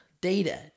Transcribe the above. Data